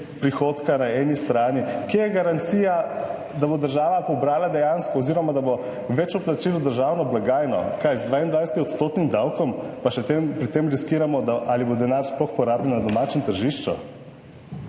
prihodka na eni strani, kje je garancija, da bo država pobrala dejansko oziroma da bo več vplačil v državno blagajno – kaj, z 22 % davkom? Pa še pri tem riskiramo, ali bo denar sploh porabljen na domačem tržišču?